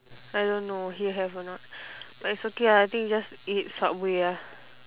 I don't know here have or not but it's okay ah I think just eat subway ah